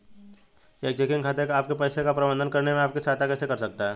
एक चेकिंग खाता आपके पैसे का प्रबंधन करने में आपकी सहायता कैसे कर सकता है?